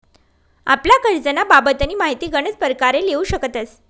आपला करजंना बाबतनी माहिती गनच परकारे लेवू शकतस